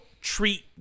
treat